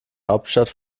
hauptstadt